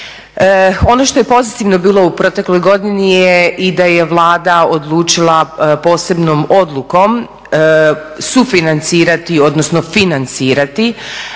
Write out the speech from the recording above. Ono što je pozitivno bilo u protekloj godini je i da je Vlada odlučila posebnom odlukom sufinancirati, odnosno financirati